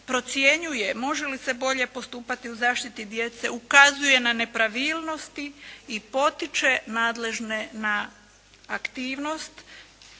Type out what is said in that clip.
procjenjuje može li se bolje postupati u zaštiti djece, ukazuje na nepravilnosti i potiče nadležne na aktivnost